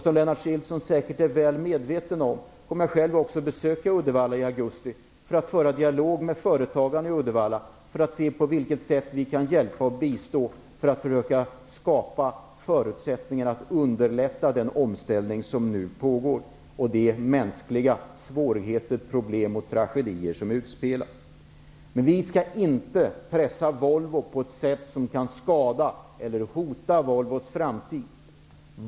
Som Lennart Nilsson säkerligen är väl medveten om kommer jag själv att besöka Uddevalla i augusti för att föra en dialog med företagarna där och se på vilket sätt vi kan hjälpa och bistå och skapa förutsättningar för att underlätta den omställning som nu pågår och minska de mänskliga svårigheter, problem och tragedier som utspelas. Men vi skall inte pressa Volvo på ett sätt som kan skada eller hota Volvos framtid.